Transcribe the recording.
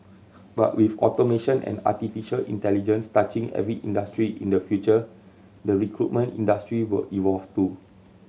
but with automation and artificial intelligence touching every industry in the future the recruitment industry will evolve too